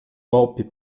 golpe